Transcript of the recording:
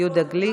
יהודה גליק.